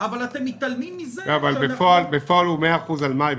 אבל מצד אחר אתם מתעלמים מזה --- בפועל הוא 100% על מאי,